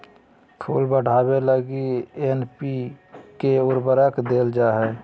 फूल बढ़ावे लगी एन.पी.के उर्वरक देल जा हइ